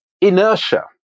inertia